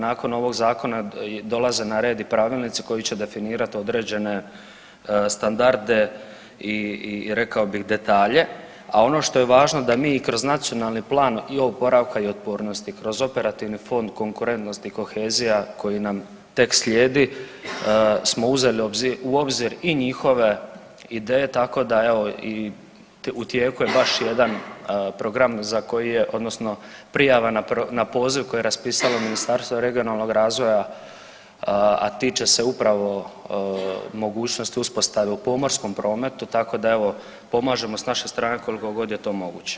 Nakon ovog Zakona dolaze na red i pravilnici koji će definirati određene standarde i rekao bih, detalje, a ono što je važno da mi i kroz Nacionalni plan i oporavka i otpornosti, kroz Operativni fond Konkurentnost i kohezija koji nam tek slijedi smo uzeli u obzir i njihove ideje, tako da evo, u tijeku je baš jedan program za koji je, odnosno prijava na poziv koji je raspisalo Ministarstvo regionalnog razvoja, a tiče se upravo mogućnosti uspostave u pomorskom prometu, tako da evo, pomažemo s naše strane koliko god je to moguće.